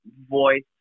voice